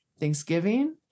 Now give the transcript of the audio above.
Thanksgiving